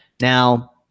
Now